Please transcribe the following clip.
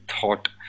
thought